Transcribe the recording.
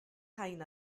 rhain